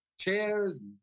chairs